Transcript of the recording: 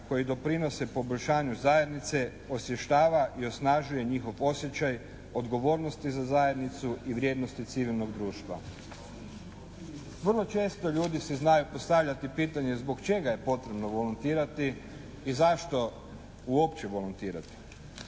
koji doprinose poboljšanju zajednice, osvještava i osnažuje njihov osjećaj odgovornosti za zajednicu i vrijednosti civilnog društva. Vrlo često ljudi si znaju postavljati pitanje zbog čega je potrebno volontirati i zašto uopće volontirati?